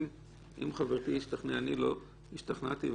אם חברתי השתכנעה אני לא השתכנעתי,